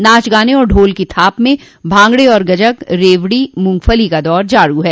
नाचगाने और ढोल की थाप में भांगड़े और गज्जक रेवड़ी मुंगफली का दौर चालू है